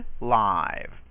Live